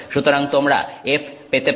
সুতরাং তোমরা F পেতে পারো